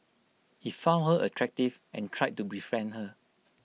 he found her attractive and tried to befriend her